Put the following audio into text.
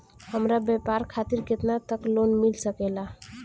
हमरा व्यापार खातिर केतना तक लोन मिल सकेला?